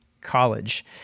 college